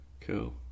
cool